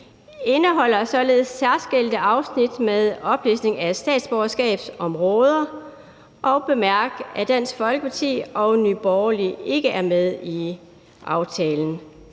indeholder således særskilte afsnit med oplysninger om statsborgerskabsområder – og bemærk, at Dansk Folkeparti og Nye Borgerlige ikke er med i aftalen.